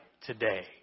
today